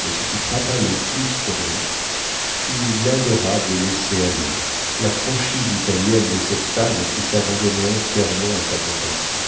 mais ce qui frappa le plus rodolphe fut l'adorable laisser-aller la franchise italienne de cette femme qui s'abandonnait entièrement à sa compassion